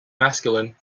masculine